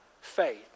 faith